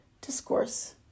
discourse